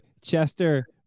Chester